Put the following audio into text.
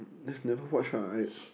just never watch lah I